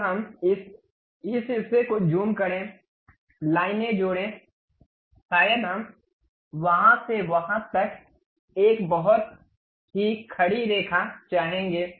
अब इस हिस्से को ज़ूम करें लाइनें जोड़ें शायद हम वहाँ से वहाँ तक एक बहुत ही खड़ी रेखा चाहेंगे